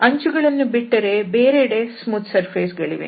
ಅಂಚುಗಳನ್ನು ಬಿಟ್ಟರೆ ಬೇರೆಡೆ ಸ್ಮೂತ್ ಸರ್ಫೇಸ್ ಗಳಿವೆ